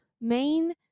main